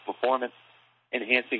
performance-enhancing